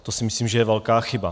To si myslím, že je velká chyba.